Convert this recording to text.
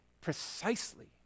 precisely